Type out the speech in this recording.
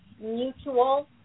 mutual